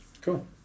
Cool